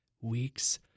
weeks